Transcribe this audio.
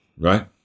right